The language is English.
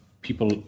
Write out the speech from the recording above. people